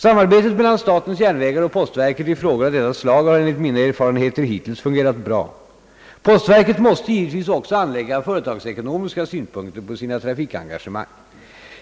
Samarbetet mellan statens järnvägar och postverket i frågor av detta slag har enligt mina erfarenheter hittills fungerat bra. Postverket måste givetvis också anlägga företagsekonomiska synpunkter på sina trafikengagemang.